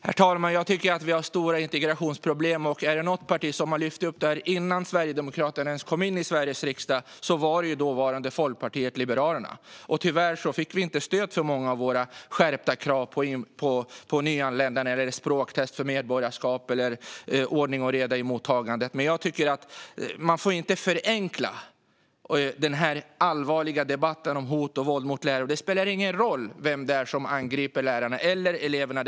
Herr talman! Jag tycker att vi har stora integrationsproblem. Är det något parti som har lyft upp det här innan Sverigedemokraterna ens kom in i Sveriges riksdag är det dåvarande Folkpartiet liberalerna. Tyvärr fick vi inte stöd för många av våra skärpta krav på nyanlända när det gäller språktest för medborgarskap eller ordning och reda i mottagandet. Man får dock inte förenkla den här allvarliga debatten om hot och våld mot lärare. Det spelar ingen roll vem det är som angriper lärarna eller eleverna.